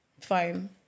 Fine